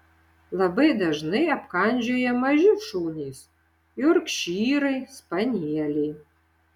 labai dažnai apkandžioja maži šunys jorkšyrai spanieliai